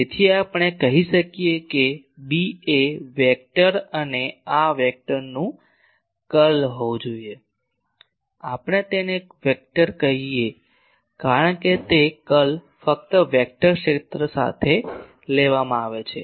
તેથી આપણે કહી શકીએ કે B એ વેક્ટર અને આ વેક્ટરનું કર્લ હોવું જોઈએ આપણે તેને વેક્ટર કહીએ કારણ કે કર્લ ફક્ત વેક્ટર ક્ષેત્ર સાથે લેવામાં આવે છે